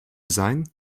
sein